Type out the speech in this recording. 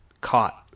caught